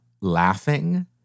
laughing